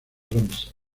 ramsay